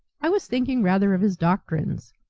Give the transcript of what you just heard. i was thinking rather of his doctrines.